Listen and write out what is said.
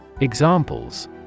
Examples